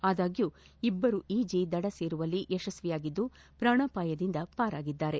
ಆದಾಗ್ಗೂ ಇಬ್ಬರು ಈಜಿ ದಡ ಸೇರುವಲ್ಲಿ ಯಶಸ್ವಿಯಾಗಿದ್ದುಪ್ರಾಣಪಾಯದಿಂದ ಪಾರಾಗಿದ್ದಾರೆ